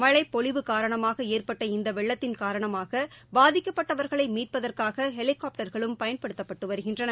மழைப்பொழிவு காரணமாகஏற்பட்ட இந்தவெள்ளத்தின் காரணமாகபாதிக்கப்பட்டவர்களைமீட்பதற்காகஹெலிகாப்டர்களும் பயன்படுத்தப்பட்டுவருகின்றன